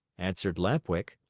answered lamp-wick.